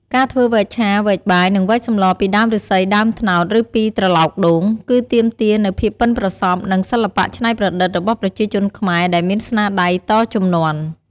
ការធ្វើវែកឆា វែកបាយ និងវែកសម្លពីដើមឫស្សី ដើមត្នោត ឬពីត្រឡោកដូង គឺទាមទារនូវភាពប៉ិនប្រសប់ និងសិល្បៈច្នៃប្រឌិតរបស់ប្រជាជនខ្មែរដែលមានស្នាដៃតជំនាន់។